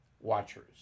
watchers